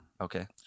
Okay